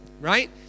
right